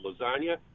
lasagna